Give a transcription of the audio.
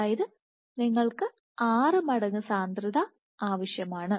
അതായത് നിങ്ങൾക്ക് 6 മടങ്ങ് സാന്ദ്രത ആവശ്യമാണ്